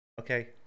okay